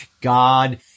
God